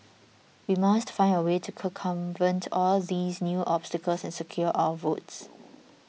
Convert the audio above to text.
we must find a way to circumvent all these new obstacles and secure our votes